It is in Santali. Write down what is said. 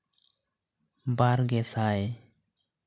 ᱵᱟᱨ ᱜᱮᱥᱟᱭ